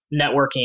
networking